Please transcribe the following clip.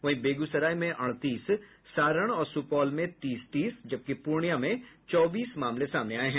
वहीं बेगूसराय में अड़तीस सारण और सुपौल में तीस तीस जबकि पूर्णिया में चौबीस मामले सामने आये हैं